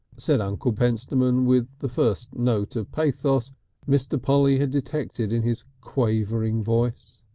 said uncle pentstemon with the first note of pathos mr. polly had detected in his quavering voice.